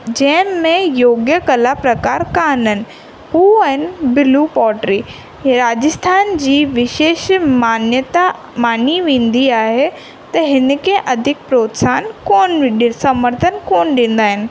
जंहिंमें योग्य कला प्रकार कान्हनि हू आहिनि ब्लू पोट्री राजस्थान जी विशेष मान्यता मञी वेंदी आहे त हिन खे अधिक प्रत्साहन कोन सर्मथन कोन ॾींदा आहिनि